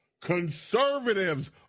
Conservatives